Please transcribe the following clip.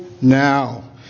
now